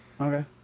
okay